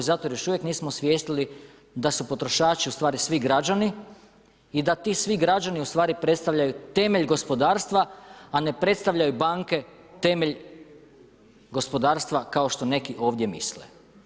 Zato jer još uvijek nismo osvijestili da su potrošači u stvari svi građani i da ti svi građani predstavljaju temelj gospodarstva, a ne predstavljaju banke temelj gospodarstva kao što neki ovdje misle.